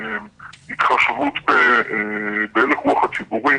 התחשבות בהלך הרוח הציבורי.